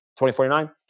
2049